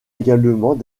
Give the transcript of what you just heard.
également